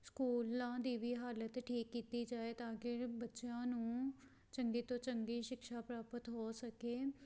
ਸਕੂਲਾਂ ਦੀ ਵੀ ਹਾਲਤ ਠੀਕ ਕੀਤੀ ਜਾਏ ਤਾਂ ਕਿ ਬੱਚਿਆਂ ਨੂੰ ਚੰਗੀ ਤੋਂ ਚੰਗੀ ਸ਼ਿਕਸ਼ਾ ਪ੍ਰਾਪਤ ਹੋ ਸਕੇ